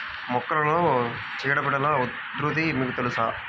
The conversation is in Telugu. మొక్కలలో చీడపీడల ఉధృతి మీకు తెలుసా?